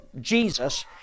Jesus